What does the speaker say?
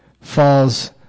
falls